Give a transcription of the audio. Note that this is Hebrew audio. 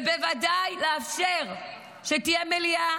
ובוודאי לאפשר שתהיה מליאה,